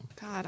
God